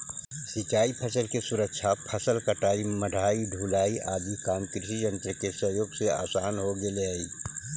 सिंचाई फसल के सुरक्षा, फसल कटाई, मढ़ाई, ढुलाई आदि काम कृषियन्त्र के सहयोग से आसान हो गेले हई